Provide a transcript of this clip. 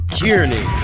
Kearney